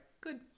Good